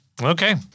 Okay